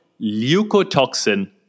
leukotoxin